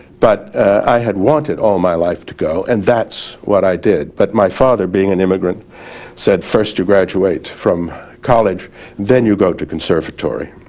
but i had wanted all my life to go and that's what i did, but my father being an immigrant said first to graduate from college then you go to conservatory.